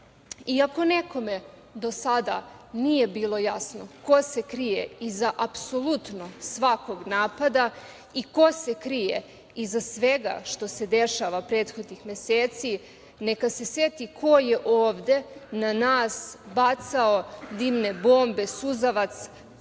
nekome do sada nije bilo jasno ko se krije iza apsolutno svakog napada i ko se krije iza svega što se dešava prethodnih meseci, neka se seti ko je ovde na nas bacao dimne bombe, suzavac,